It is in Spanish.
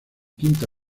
quinta